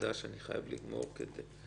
לא יכולה להגיד אם זה מקובל או לא.